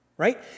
right